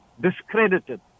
discredited